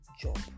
job